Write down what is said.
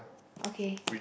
okay